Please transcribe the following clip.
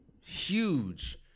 huge